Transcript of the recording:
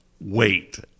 Wait